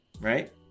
right